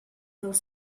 dels